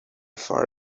for